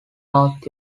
north